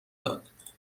داد